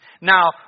Now